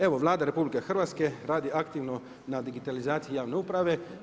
Evo Vlada RH radi aktivno na digitalizaciji javne uprave.